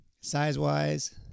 size-wise